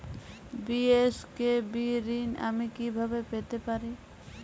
BSKB ঋণ আমি কিভাবে পেতে পারি?